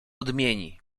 odmieni